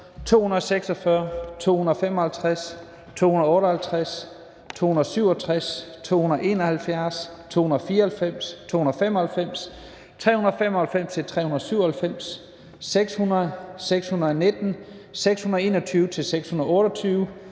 246, 255, 258, 267, 271, 294, 295, 395-397, 600, 619, 621-628,